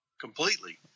completely